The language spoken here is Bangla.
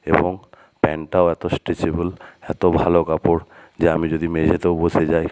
এবং প্যান্টটাও এতো স্ট্রেচেবল এতো ভালো কাপড় যে আমি যদি মেঝেতেও বসে যাই